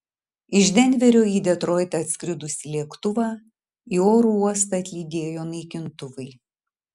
iš denverio į detroitą atskridusį lėktuvą į oro uostą atlydėjo naikintuvai